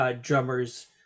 drummers